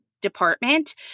department